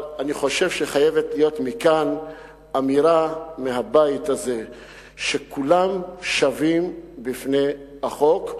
אבל אני חושב שחייבת להיות אמירה מהבית הזה שכולם שווים בפני החוק,